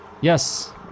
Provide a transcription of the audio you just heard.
Yes